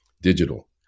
digital